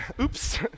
Oops